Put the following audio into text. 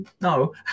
no